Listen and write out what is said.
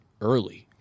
early